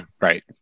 Right